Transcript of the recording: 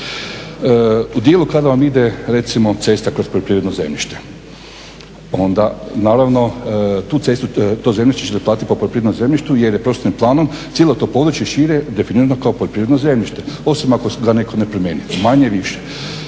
u dijelu kada vam ide recimo cesta kroz poljoprivredno zemljište, onda naravno tu cestu, to zemljište ćete platiti po poljoprivrednom zemljištu jer je prostornim planom cijelo to područje šire definirano kao poljoprivredno zemljište, osim ako ga netko ne promijeni, manje-više.